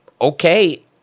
okay